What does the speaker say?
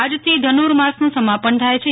આજથી ધનુર માસનું સમાપન થાય છે